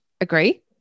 Agree